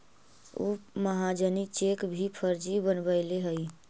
उ महाजनी चेक भी फर्जी बनवैले हइ